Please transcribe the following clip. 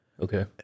Okay